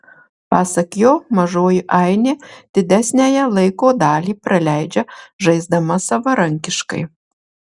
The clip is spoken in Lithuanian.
pasak jo mažoji ainė didesniąją laiko dalį praleidžia žaisdama savarankiškai